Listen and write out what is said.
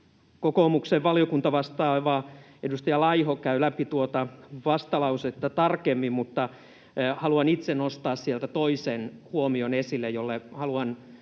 kokoomuksen valiokuntavastaava, edustaja Laiho, käy läpi tuota vastalausetta tarkemmin, mutta haluan itse nostaa esille sieltä toisen huomion, jolle haluan